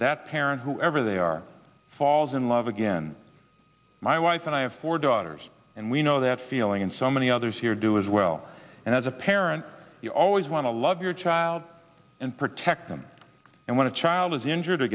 that parent whoever they are falls in love again my wife and i have four daughters and we know that feeling and so many others here do as well and as a parent you always want to love your child and protect them and want to child is injured